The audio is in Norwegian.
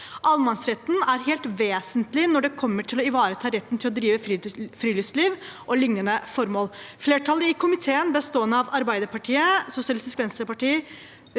Allemannsretten er helt vesentlig for å ivareta retten til å drive med friluftsliv og lignende formål. Flertallet i komiteen, bestående av Arbeiderpartiet, Sosialistisk Venstreparti,